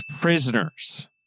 Prisoners